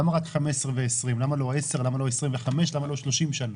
למה רק 15 ו-20 למה לא 10 למה לא 25 למה לא 30 שנה?